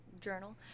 journal